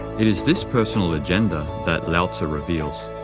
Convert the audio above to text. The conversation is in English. it is this personal agenda that lao-tzu reveals.